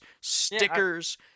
stickers